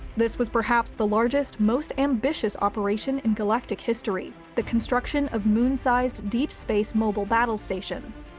this was perhaps the largest, most ambitious operation in galactic history, the construction of moon-sized deep space mobile battle stations.